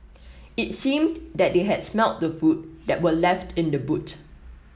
it seemed that they had smelt the food that were left in the boot